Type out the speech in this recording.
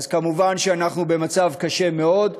מובן שאנחנו במצב קשה מאוד.